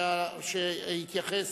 שיתייחס